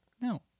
No